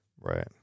Right